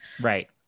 Right